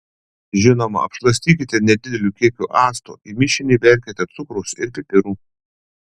žinoma apšlakstykite nedideliu kiekiu acto į mišinį įberkite cukraus ir pipirų